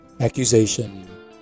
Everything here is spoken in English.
accusation